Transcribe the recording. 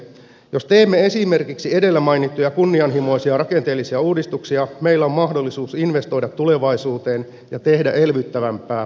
jos teemme esimerkiksi edellä mainittuja kunnianhimoisia rakenteellisia uudistuksia meillä on mahdollisuus investoida tulevaisuuteen ja tehdä elvyttävämpää finanssipolitiikkaa